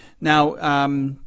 Now